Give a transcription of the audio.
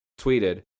tweeted